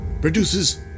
produces